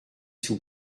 sous